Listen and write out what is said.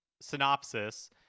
synopsis